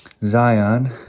Zion